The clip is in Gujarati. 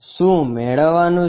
શું મેળવવા નું છે